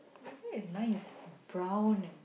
your hair is nice brown and